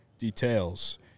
details